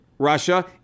Russia